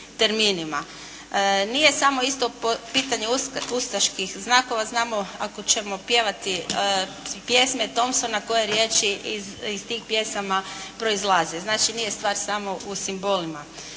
Nije samo isto pitanje ustaških znakova. Znamo ako ćemo pjevati pjesme Thompsona koje riječi iz tih pjesama proizlaze. Znači, nije stvar samo u simbolima.